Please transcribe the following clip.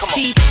See